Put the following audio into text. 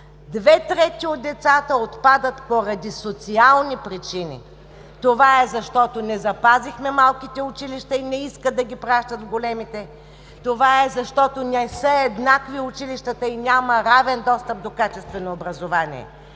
две трети от децата отпадат поради социални причини. Това е защото не запазихме малките училища и не искат да ги пращат в големите, това е защото не са еднакви училищата и няма равен достъп до качествено образование.